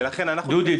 ולכן אנחנו --- דודי,